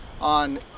on